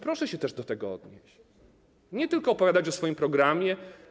Proszę się też do tego odnieść, nie tylko opowiadać o swoim programie.